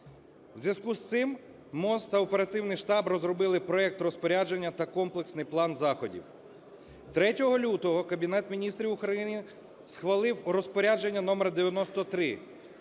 У зв'язку з цим МОЗ та оперативний штаб розробили проект розпорядження та комплексний план заходів. 3 лютого Кабінет Міністрів України схвалив розпорядження номер 93,